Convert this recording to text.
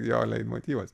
jo leitmotyvas